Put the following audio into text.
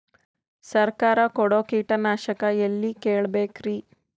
ಸರಕಾರ ಕೊಡೋ ಕೀಟನಾಶಕ ಎಳ್ಳಿ ಕೇಳ ಬೇಕರಿ?